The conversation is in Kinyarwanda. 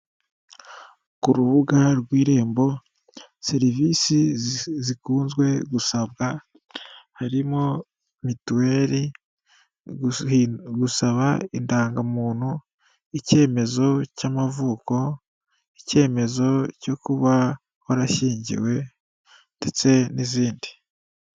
Ku rubuga rw'irembo, serivisi zikunzwe gusabwa, harimo mituweri, gusaba indangamuntu, ikemezo cy'amavuko, ikemezo cyo kuba warashyingiwe, ndetse n'izindi.